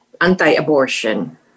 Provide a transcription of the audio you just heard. anti-abortion